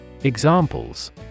Examples